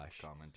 comment